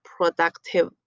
productive